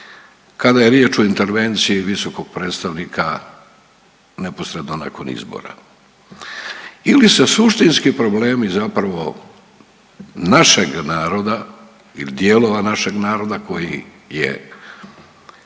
kada je riječ o intervenciji visokog predstavnika neposredno nakon izbora ili se suštinski problemi zapravo našega naroda ili dijelova našega naroda koji je